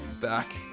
back